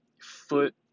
foot